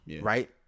right